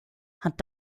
hat